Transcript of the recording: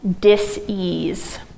dis-ease